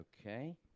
okay